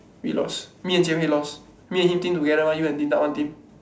we lost me and Jian-Hui lost me and him team together one you and Din-Tat one team